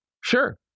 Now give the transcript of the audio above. Sure